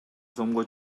сомго